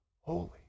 holy